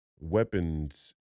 weapons